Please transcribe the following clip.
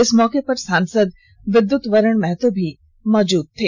इस मौके पर सांसद विद्युत वरण महतो भी मौजूद थे